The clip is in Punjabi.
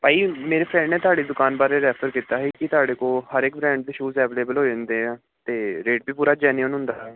ਭਾਅ ਜੀ ਮੇਰੇ ਫਰੈਂਡ ਨੇ ਤੁਹਾਡੀ ਦੁਕਾਨ ਬਾਰੇ ਰੈਫਰ ਕੀਤਾ ਸੀ ਕਿ ਤੁਹਾਡੇ ਕੋਲ ਹਰ ਇੱਕ ਬਰੈਂਡ ਦੇ ਸ਼ੂਜ਼ ਅਵਲੇਬਲ ਹੋ ਜਾਂਦੇ ਆ ਅਤੇ ਰੇਟ ਵੀ ਪੂਰਾ ਜੈਨੂਅਨ ਹੁੰਦਾ ਵਾ